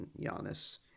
Giannis